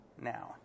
now